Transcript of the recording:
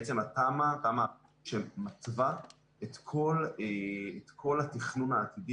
בעצם תמ"א שמתווה את כל התכנון העתידי